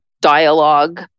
dialogue